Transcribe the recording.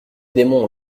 démons